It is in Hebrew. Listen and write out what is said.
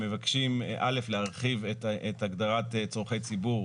מבקשים, א', להרחיב את הגדרת צרכי ציבור